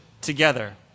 together